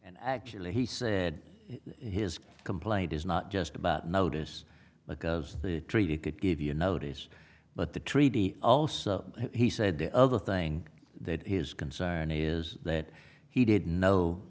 and actually he said his complaint is not just about notice but the treaty could give you notice but the treaty also he said the other thing that his concern is that he did know